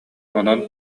онон